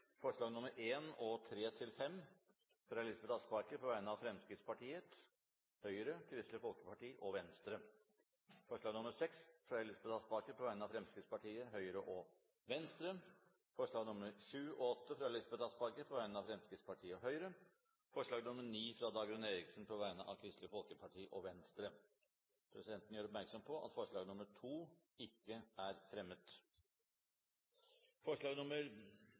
forslag. Det er forslagene nr. 1 og nr. 3–5, fra Elisabeth Aspaker på vegne av Fremskrittspartiet, Høyre, Kristelig Folkeparti og Venstre forslag nr. 6, fra Elisabeth Aspaker på vegne av Fremskrittspartiet, Høyre og Venstre forslagene nr. 7 og 8, fra Elisabeth Aspaker på vegne av Fremskrittspartiet og Høyre forslag nr. 9, fra Dagrun Eriksen på vegne av Kristelig Folkeparti og Venstre Presidenten gjør oppmerksom på at forslag nr. 2 ikke er